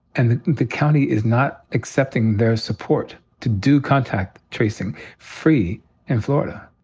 and the the county is not accepting their support to do contact tracing free in florida.